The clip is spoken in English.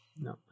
no